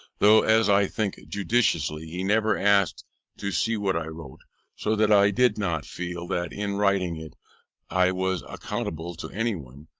though, as i think judiciously, he never asked to see what i wrote so that i did not feel that in writing it i was accountable to any one,